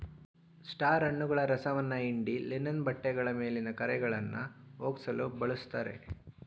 star ಹಣ್ಣುಗಳ ರಸವನ್ನ ಹಿಂಡಿ ಲಿನನ್ ಬಟ್ಟೆಗಳ ಮೇಲಿನ ಕರೆಗಳನ್ನಾ ಹೋಗ್ಸಲು ಬಳುಸ್ತಾರೆ